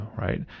right